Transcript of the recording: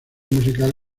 musical